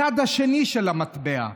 הצד השני של המטבע.